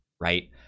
right